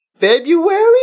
February